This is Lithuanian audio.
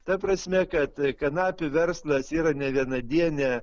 ta prasme kad kanapių verslas yra nevienadienė